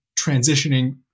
transitioning